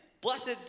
Blessed